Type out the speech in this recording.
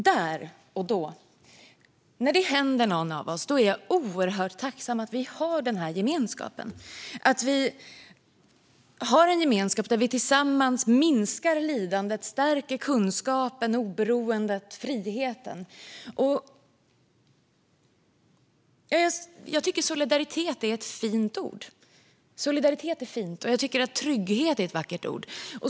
Där och då, när det händer någon av oss, är jag oerhört tacksam att vi har en gemenskap där vi tillsammans minskar lidandet och stärker kunskapen, oberoendet och friheten. Jag tycker att solidaritet är ett fint ord, och jag tycker att trygghet är ett vackert ord.